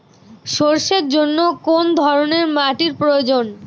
সরষের জন্য কোন ধরনের মাটির প্রয়োজন?